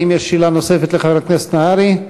האם יש שאלה נוספת לחבר הכנסת נהרי?